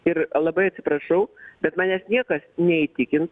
ir labai atsiprašau bet manęs niekas neįtikins